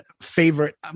favorite